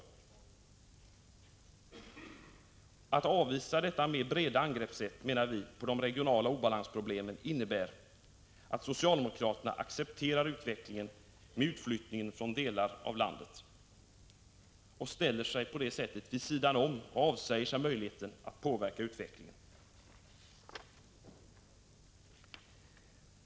Om socialdemokraterna avvisar detta mera breda angreppssätt för att råda bot på de regionala obalansproblemen innebär det enligt vår mening att de accepterar utvecklingen med utflyttning från delar av landet och att de på det sättet ställer sig vid sidan om och avsäger sig möjligheten att påverka utvecklingen.